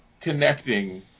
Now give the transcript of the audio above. connecting